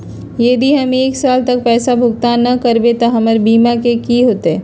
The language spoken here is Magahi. यदि हम एक साल तक पैसा भुगतान न कवै त हमर बीमा के की होतै?